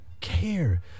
care